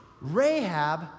Rahab